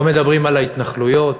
לא מדברים על ההתנחלויות,